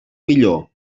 millor